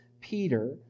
Peter